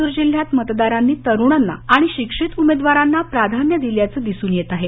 लातूर जिल्ह्यात मतदारांनी तरुणांना आणि शिक्षित उमेदवारांना प्राधान्य दिल्याचं दिसून येत आहे